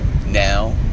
Now